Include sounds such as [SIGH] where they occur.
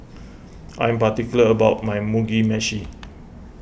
[NOISE] I'm particular about my Mugi Meshi